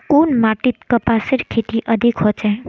कुन माटित कपासेर खेती अधिक होचे?